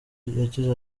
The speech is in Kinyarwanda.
yagize